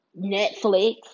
Netflix